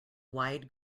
wide